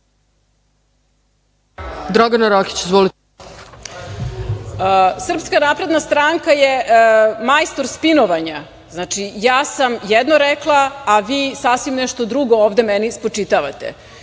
**Dragana Rakić** Srpska napredna stranka je majstor spinovanja. Znači, ja sam jedno rekla, a vi sasvim nešto drugo meni ovde spočitavate.